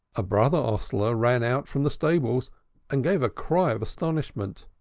a brother hostler ran out from the stables and gave a cry of astonishment.